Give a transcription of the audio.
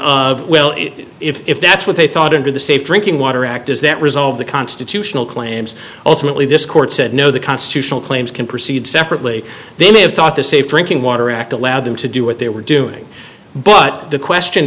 of well if that's what they thought under the safe drinking water act is that resolve the constitutional claims ultimately this court said no the constitutional claims can proceed separately they may have thought the safe drinking water act allowed them to do what they were doing but the question